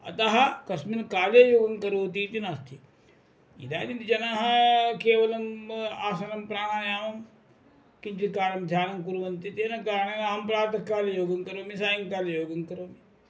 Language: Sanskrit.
अतः कस्मिन् काले योगं करोति इति नास्ति इदानीं जनाः केवलम् आसनं प्राणायामं किञ्चित् कालं ध्यानं कुर्वन्ति तेन कारणेन अहं प्रातःकाले योगं करोमि सायङ्काले योगं करोमि